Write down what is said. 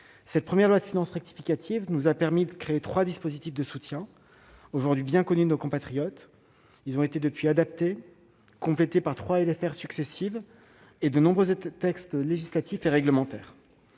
Cette première loi de finances rectificative, ou LFR, nous a permis de créer trois dispositifs de soutien, aujourd'hui bien connus de nos compatriotes. Ils ont depuis lors été adaptés et complétés par trois LFR successives et de nombreux autres textes législatifs et réglementaires.